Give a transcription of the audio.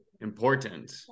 important